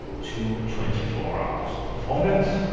to twenty four hours performance.